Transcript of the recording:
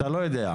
אתה לא יודע.